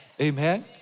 Amen